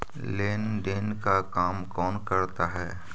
लेन देन का काम कौन करता है?